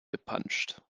gepanscht